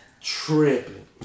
Tripping